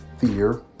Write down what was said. fear